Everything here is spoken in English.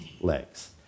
legs